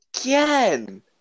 again